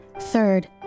Third